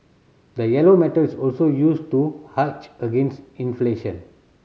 the yellow metal is also used to hedge against inflation